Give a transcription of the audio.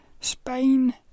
Spain